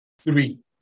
three